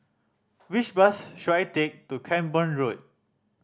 which bus should I take to Camborne Road